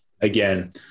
again